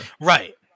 right